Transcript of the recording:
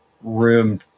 room